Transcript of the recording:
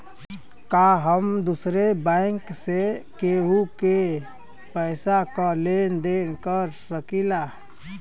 का हम दूसरे बैंक से केहू के पैसा क लेन देन कर सकिला?